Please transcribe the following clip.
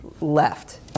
left